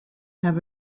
have